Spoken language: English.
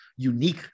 unique